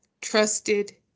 trusted